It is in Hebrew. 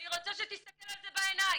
אני רוצה שתסתכל על זה בעיניים,